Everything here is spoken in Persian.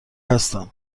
هستم